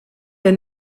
der